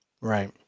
Right